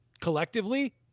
collectively